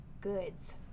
goods